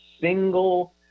single